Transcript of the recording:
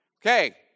Okay